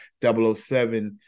007